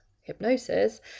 hypnosis